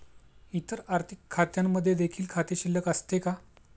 इतर आर्थिक खात्यांमध्ये देखील खाते शिल्लक असते का?